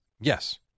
Yes